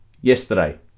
yesterday